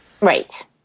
Right